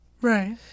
Right